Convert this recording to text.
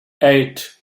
eight